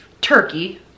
turkey